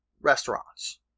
restaurants